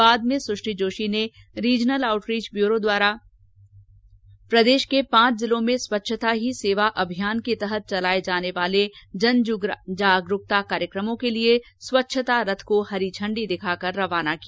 बाद में सुश्री जोशी ने रीजनल आउटरीच ब्यूरो द्वारा प्रदेश के पांच जिलों में स्वच्छता ही सेवा अभियान के तहत चलाये जाने वाले जन जागरूकता के कार्यक्रमों के लिए स्वच्छता रथ को हरी झंडी दिखाकर रवाना किया